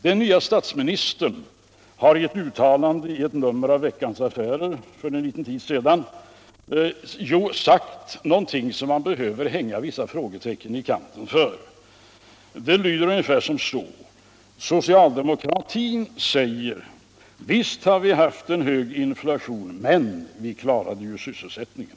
Den nye statsministern gör ett uttalande i det senaste numret-av Veckans Affärer som det finns anledning att hänga vissa frågoteckon i kanten för. Det lyder ungefär så här: Socialdemokraterna säger, att visst har vi haft en hög inflation men vi klarade sysselsättningen.